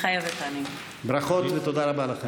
מתחייבת אני ברכות ותודה רבה לכם.